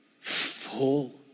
Full